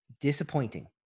Disappointing